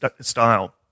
style